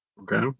Okay